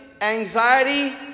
Anxiety